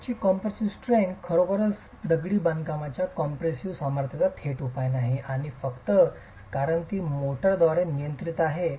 युनिटची compressive strength खरोखरच दगडी बांधकामाच्या कॉम्प्रेसिव्ह सामर्थ्याचा थेट उपाय नाही आणि फक्त कारण ती मोर्टारद्वारे नियंत्रित आहे